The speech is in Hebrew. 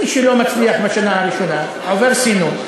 מי שלא מצליח בשנה הראשונה עובר סינון,